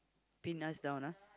pin us down ah